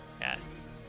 Yes